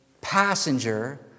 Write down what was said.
passenger